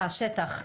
השטח.